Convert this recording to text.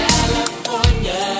California